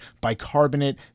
bicarbonate